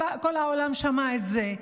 כל העולם שמע את זה,